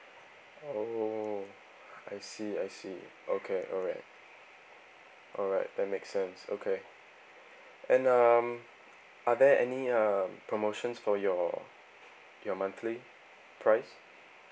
oh I see I see okay alright alright that make sense okay and um are there any um promotions for your your monthly price